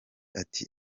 ati